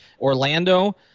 Orlando